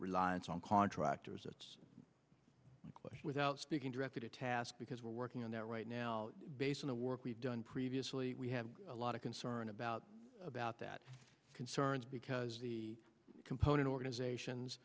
reliance on contractors it's clear without speaking directly to task because we're working on that right now based on the work we've done previously we have a lot of concern about about that concerns because the component organizations